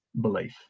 belief